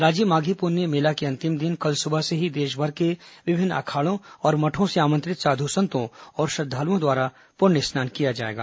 राजिम माघी पुन्नी मेला के अंतिम दिन कल सुबह से ही देशभर के विभिन्न अखाड़ों और मठों से आमंत्रित साधु संतों और श्रद्वालुओं द्वारा पुण्य स्नान किया जाएगा